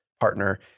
partner